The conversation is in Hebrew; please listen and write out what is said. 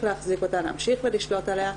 ולהחזיק אותה ולהמשיך ולשלוט עליה,